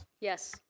yes